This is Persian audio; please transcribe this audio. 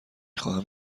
خواهم